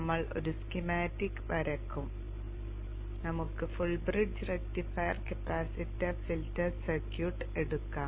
നമ്മൾ ഒരു സ്കീമാറ്റിക് വരയ്ക്കും നമുക്ക് full bridge rectifier capacitor filter circuit എടുക്കാം